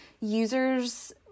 users